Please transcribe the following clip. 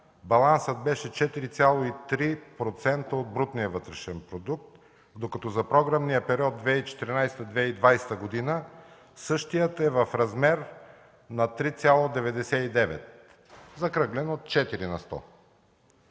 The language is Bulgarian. балансът беше 4,3% от брутния вътрешен продукт, докато за програмния период 2014-2020 г. същият е в размер на 3,99, закръглено 4 на сто.